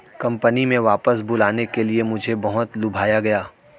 company में वापस बुलाने के लिए मुझे बहुत लुभाया गया